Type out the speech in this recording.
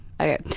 Okay